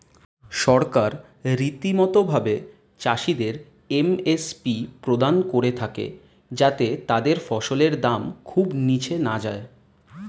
সরকার রীতিমতো ভাবে চাষিদের এম.এস.পি প্রদান করে থাকে যাতে তাদের ফসলের দাম খুব নীচে না যায়